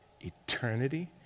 Eternity